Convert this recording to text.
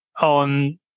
on